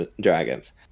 dragons